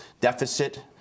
deficit